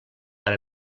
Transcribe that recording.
per